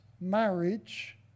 marriage